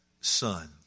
son